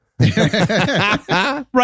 right